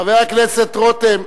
חבר הכנסת רותם,